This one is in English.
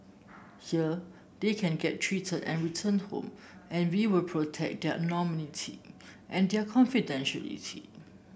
here they can get treated and return home and we will protect their anonymity and their confidentiality